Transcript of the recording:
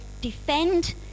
defend